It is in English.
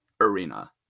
arena